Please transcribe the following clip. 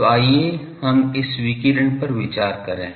तो आइए हम इस विकिरण पर विचार करें